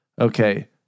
okay